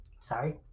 sorry